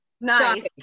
Nice